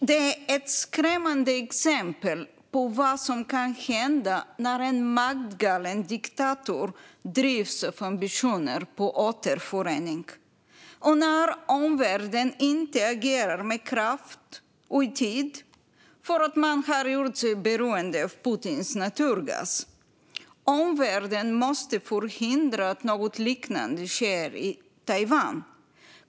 Det är ett skrämmande exempel på vad som kan hända när en maktgalen diktator drivs av ambitioner om återförening och när omvärlden inte agerar med kraft och i tid därför att man har gjort sig beroende av Putins naturgas. Omvärlden måste förhindra att något liknande sker i Taiwan.